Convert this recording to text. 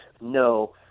no